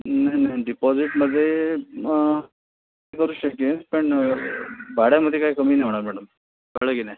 नाही नाही डीपॉझीटमध्ये मी करू शकेन पण भाड्यामध्ये काय कमी नाही होणार मॅडम कळलं की नाही